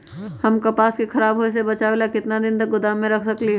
हम कपास के खराब होए से बचाबे ला कितना दिन तक गोदाम में रख सकली ह?